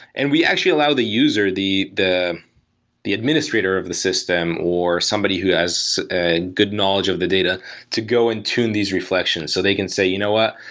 and we actually allow the user, the the administrator of the system or somebody who has a good knowledge of the data to go and tune these reflections. so they can say, you know what?